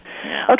Okay